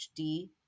HD